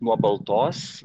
nuo baltos